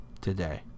today